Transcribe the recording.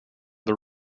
the